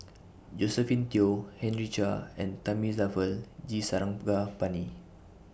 Josephine Teo Henry Chia and Thamizhavel G Sarangapani